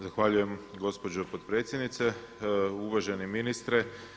Zahvaljujem gospođo potpredsjednice, uvaženi ministre.